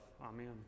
Amen